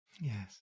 yes